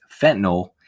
fentanyl